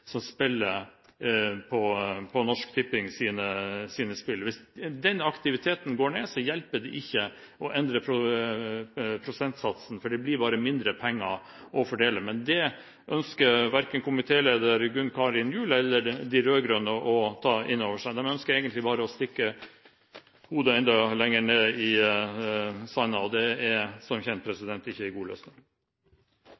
som spiller på Norsk Tippings spill. Hvis den aktiviteten går ned, hjelper det ikke å endre prosentsatsen, for det blir bare mindre penger å fordele. Det ønsker verken komitéleder Gunn Karin Gjul eller de rød-grønne å ta inn over seg. De ønsker egentlig bare å stikke hodet enda lenger ned i sanden, og det er som kjent